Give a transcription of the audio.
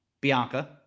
Bianca